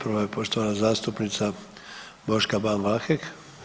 Prva je poštovana zastupnica Boška Ban Vlahek.